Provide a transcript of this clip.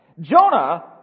Jonah